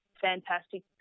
fantastic